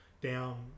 down